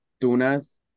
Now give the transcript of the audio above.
tunas